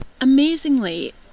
Amazingly